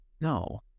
No